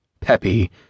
Peppy